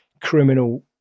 criminal